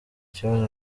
kibazo